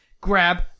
Grab